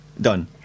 done